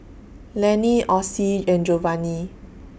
Lenny Ossie and Jovanni